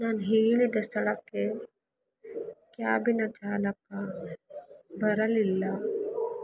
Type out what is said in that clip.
ನಾನು ಹೇಳಿದ ಸ್ಥಳಕ್ಕೆ ಕ್ಯಾಬಿನ ಚಾಲಕ ಬರಲಿಲ್ಲ